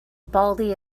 baldy